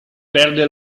perde